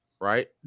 right